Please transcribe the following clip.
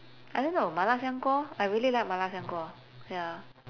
I don't know 麻辣香锅 I really like 麻辣香锅 ya